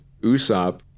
Usopp